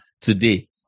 today